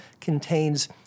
contains